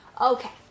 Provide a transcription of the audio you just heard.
Okay